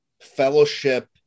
fellowship